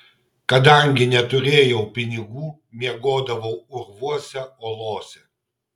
kadangi neturėjau pinigų miegodavau urvuose olose